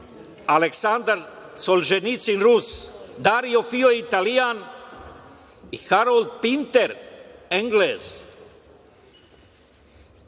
Aleksandar Solženjicin, Rus, Dario Fio, Italijan i Harold Pinter, Englez. Inače,